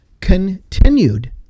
continued